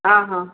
ହଁ ହଁ